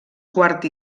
quart